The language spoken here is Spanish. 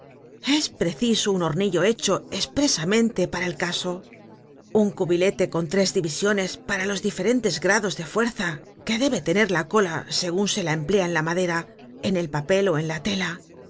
es preciso un hornillo hecho espresamente para el caso un cubilete con tres divisiones para los diferentes grados de fuerza que debe tener la cola segun se la emplea en la madera en el papel ó en la tela